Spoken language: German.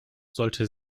sollte